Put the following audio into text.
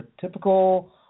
typical